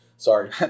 Sorry